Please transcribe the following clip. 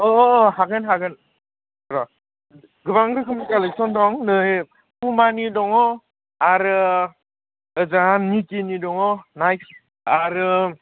अह अह अह हागोन हागोन र' गोबां रोखोमनि कालेकसन दं नै पुमानि दङ आरो जोंहा नाइकिनि दङ नाइक आरो